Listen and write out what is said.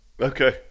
Okay